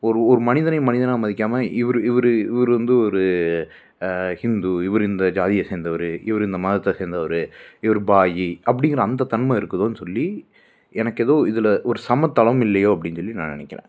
ஒரு ஒரு மனிதனை மனிதனாக மதிக்காமல் இவரு இவரு இவரு வந்து ஒரு ஹிந்து இவரு இந்த ஜாதியை சேந்தவர் இவரு இந்த மதத்தை சேந்தவர் இவரு பாயி அப்படிங்கிற அந்த தன்மை இருக்குதோன்னு சொல்லி எனக்கு ஏதோ இதில் ஒரு சமத்தளம் இல்லையோ அப்படின்னு சொல்லி நான் நினைக்கிறேன்